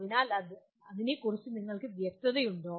എന്നാൽ അതിനെക്കുറിച്ച് നിങ്ങൾക്ക് വ്യക്തതയുണ്ടോ